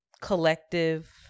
collective